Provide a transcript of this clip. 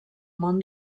món